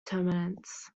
tenements